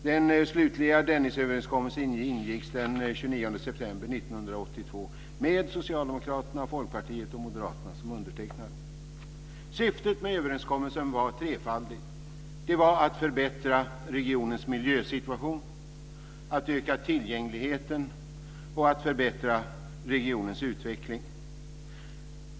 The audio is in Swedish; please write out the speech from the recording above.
Den slutliga Dennisöverenskommelsen ingicks den 29 september 1992 med Socialdemokraterna, Syftet med överenskommelsen var trefaldigt: att förbättra regionens miljösituation, att öka tillgängligheten och att förbättra regionens utveckling.